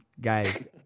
guys